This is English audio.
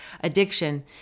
addiction